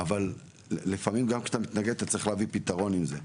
אבל לפעמים גם כשאתה מתנגד אתה צריך להביא פתרון עם זה.